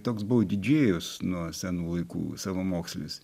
toks buvau didžėjus nuo senų laikų savamokslis